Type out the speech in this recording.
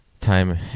time